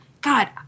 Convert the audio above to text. God